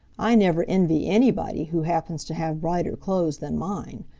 i never envy anybody who happens to have brighter clothes than mine.